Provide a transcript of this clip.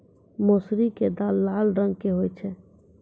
मौसरी के दाल लाल रंग के होय छै